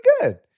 good